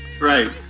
right